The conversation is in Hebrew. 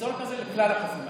ליצור כזה לכלל החופים.